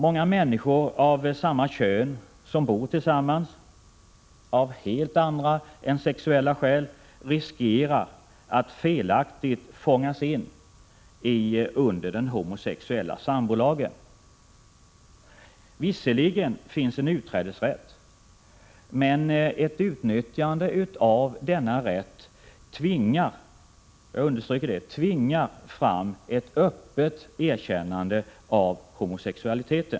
Många människor av samma kön som bor tillsammans av helt andra än sexuella skäl riskerar att felaktigt ”fångas in” under den homosexuella sambolagen. Visserligen finns en utträdesrätt, men ett utnyttjande av denna rätt ”tvingar” fram ett öppet erkännande av homosexualitet.